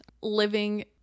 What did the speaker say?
living